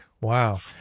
Wow